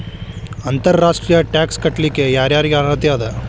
ಅಂತರ್ ರಾಷ್ಟ್ರೇಯ ಟ್ಯಾಕ್ಸ್ ಕಟ್ಲಿಕ್ಕೆ ಯರ್ ಯಾರಿಗ್ ಅರ್ಹತೆ ಅದ?